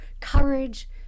courage